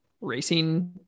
racing